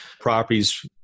properties